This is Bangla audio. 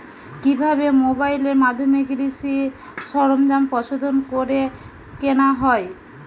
কিভাবে মোবাইলের মাধ্যমে কৃষি সরঞ্জাম পছন্দ করে কেনা হয়?